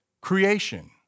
creation